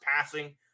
passing